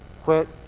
Quit